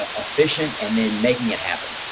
ah efficient and then making it happen.